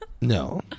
No